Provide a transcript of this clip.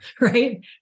Right